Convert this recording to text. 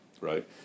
right